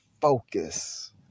focus